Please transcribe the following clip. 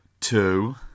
Two